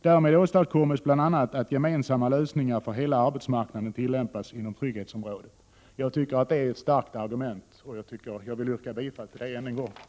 Därmed åstadkommes bl.a. att gemensamma lösningar för hela arbetsmarknaden tilläm 161 pas inom trygghetsområdet.” Jag tycker att detta är ett starkt argument och yrkar därför än en gång bifall till utskottets hemställan.